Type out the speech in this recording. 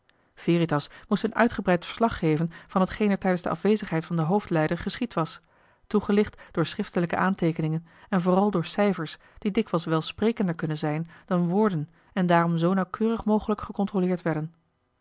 veritas moest een uitgebreid verslag geven van hetgeen er tijdens de afwezigheid van den hoofdleider geschied was toegelicht door schriftelijke aanteekeningen en vooral door cijfers die dikwijls welsprekender kunnen zijn dan woorden en daarom zoo nauwkeurig mogelijk gecontrôleerd werden